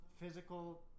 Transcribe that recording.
physical